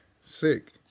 Sick